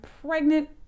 pregnant